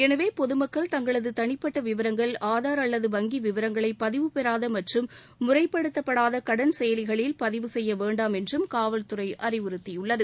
எனவே பொதுமக்கள் தங்களது தனிப்பட்ட விவரங்கள் ஆதார் அல்லது வங்கி விவரங்களை பதிவுபெறாத மற்றும் முறைப்படுத்தப்படாத கடன் செயலிகளில் பதிவு செய்ய வேண்டாம் என்று காவல்துறை அறிவுறுத்தியுள்ளது